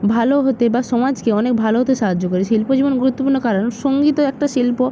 ভালো হতে বা সমাজকে অনেক ভালো হতে সাহায্য করে শিল্প যেমন গুরুত্বপূর্ণ কারণ সঙ্গীতও একটা শিল্প